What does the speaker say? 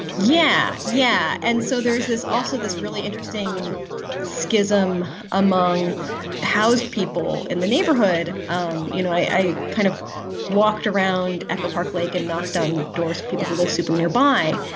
yeah, yeah and so there's this also this really interesting scism among housed people in the neighborhood um you know, i kind of walked around echopark lake and knocked on doors. people who live super nearby.